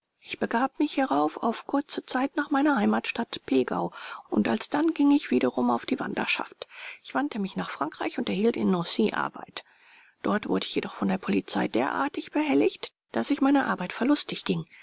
ich begab mich hierauf auf kurze zeit nach meiner heimatsstadt pegau und alsdann ging ich wiederum um auf die wanderschaft ich wandte mich nach frankreich und erhielt in nancy arbeit dort wurde ich jedoch von der polizei derartig behelligt daß ich meiner arbeit verlustig ging